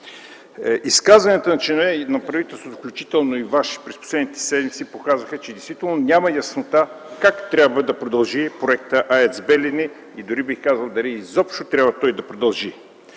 Изказванията на членове на правителството, включително и Ваши, през последните месеци показаха, че действително няма яснота как трябва да продължи проектът „АЕЦ - Белене”, и дори, бих казал, дали изобщо трябва той да продължи.